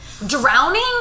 drowning